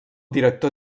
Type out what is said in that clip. director